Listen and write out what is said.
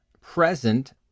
present